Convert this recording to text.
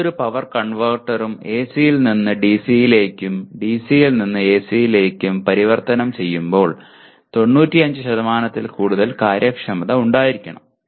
ഏതൊരു പവർ കൺവെർട്ടറും എസിയിൽ നിന്ന് ഡിസിയിലേക്കും ഡിസിയിൽ നിന്ന് എസിയിലേക്കും പരിവർത്തനം ചെയ്യുമ്പോൾ 95 ത്തിൽ കൂടുതൽ കാര്യക്ഷമത ഉണ്ടായിരിക്കണം